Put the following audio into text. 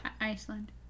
Iceland